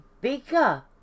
bigger